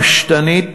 פשטנית,